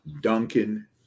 Duncan